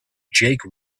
jake